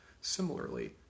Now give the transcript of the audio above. similarly